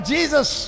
Jesus